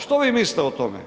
Što vi mislite o tome?